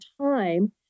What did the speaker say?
time